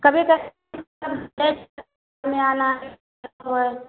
कभी में आना वह है